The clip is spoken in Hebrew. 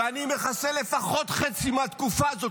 ואני מכסה לפחות חצי מהתקופה הזאת,